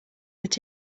that